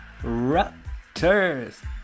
Raptors